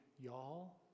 y'all